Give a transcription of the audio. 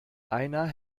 einer